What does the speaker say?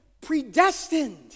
predestined